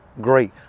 great